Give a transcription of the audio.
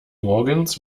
morgens